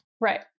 right